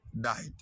died